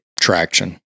traction